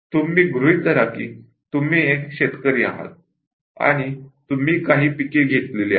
तुम्ही गृहित धरा कि तुम्ही एक शेतकरी आहात आणि तुम्ही काही पिके घेतलेली आहेत